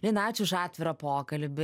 lina ačiū už atvirą pokalbį